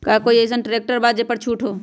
का कोइ अईसन ट्रैक्टर बा जे पर छूट हो?